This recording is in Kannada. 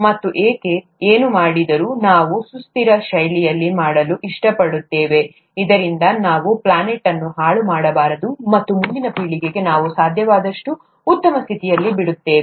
ಮತ್ತು ನಾವು ಏನೇ ಮಾಡಿದರೂ ನಾವು ಸುಸ್ಥಿರ ಶೈಲಿಯಲ್ಲಿ ಮಾಡಲು ಇಷ್ಟಪಡುತ್ತೇವೆ ಇದರಿಂದ ನಾವು ನಮ್ಮ ಪ್ಲಾನೆಟ್ ಅನ್ನು ಹಾಳು ಮಾಡಬಾರದು ಮತ್ತು ಮುಂದಿನ ಪೀಳಿಗೆಗೆ ನಾವು ಸಾಧ್ಯವಾದಷ್ಟು ಉತ್ತಮ ಸ್ಥಿತಿಯಲ್ಲಿ ಬಿಡುತ್ತೇವೆ